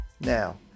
Now